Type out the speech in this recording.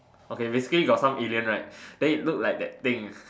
okay basically got some alien right then it look like that thing